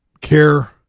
care